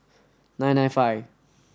nine nine five